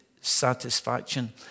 satisfaction